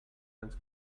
ens